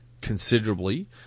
considerably